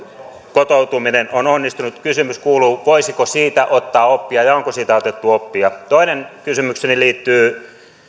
kotoutuminen on onnistunut kysymys kuuluu voisiko siitä ottaa oppia ja onko siitä otettu oppia toinen kysymykseni liittyy